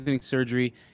surgery